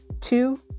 Two